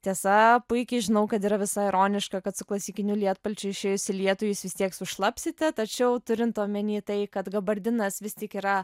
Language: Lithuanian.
tiesa puikiai žinau kad yra visai ironiška kad su klasikiniu lietpalčiu išėjus į lietų jūs vis tiek sušlapsite tačiau turint omeny tai kad gabardinas vis tik yra